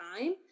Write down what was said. time